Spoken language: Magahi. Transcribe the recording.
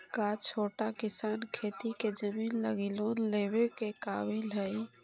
का छोटा किसान खेती के जमीन लगी लोन लेवे के काबिल हई?